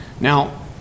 Now